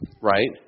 right